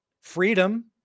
freedom